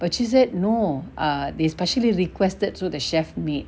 but she said no err they specially requested so the chef made